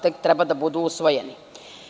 Tek trebaju da budu usvojena.